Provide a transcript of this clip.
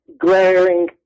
glaring